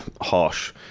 harsh